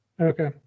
Okay